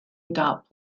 adopt